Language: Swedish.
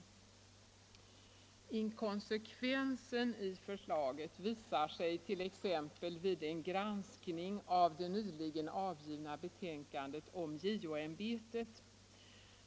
185 Inkonsekvensen i förslaget visar sig t.ex. vid en granskning av det nyligen avgivna betänkandet om JO-ämbetet.